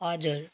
हजुर